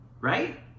right